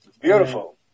Beautiful